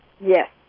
Yes